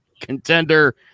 contender